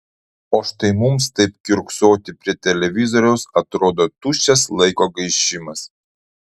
o štai mums taip kiurksoti prie televizoriaus atrodo tuščias laiko gaišimas